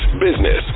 business